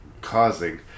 causing